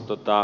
katastrofeihin